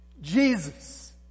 Jesus